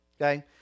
okay